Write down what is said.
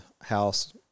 house